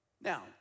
Now